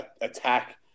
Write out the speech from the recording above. attack